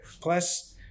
Plus